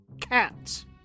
cats